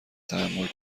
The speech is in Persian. تحمل